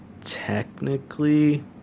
Technically